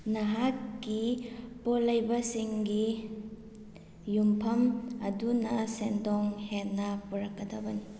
ꯅꯍꯥꯛꯀꯤ ꯄꯣꯠ ꯂꯩꯕꯁꯤꯡꯒꯤ ꯌꯨꯝꯐꯝ ꯑꯗꯨꯅ ꯁꯦꯟꯗꯣꯡ ꯍꯦꯟꯅ ꯄꯨꯔꯛꯀꯗꯕꯅꯤ